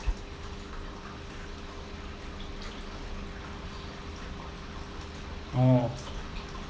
oh